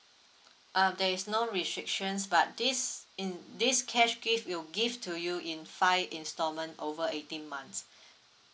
um there is no restrictions but this in this cash gift will give to you in five instalment over eighteen months